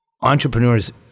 entrepreneurs